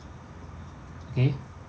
okay